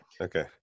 okay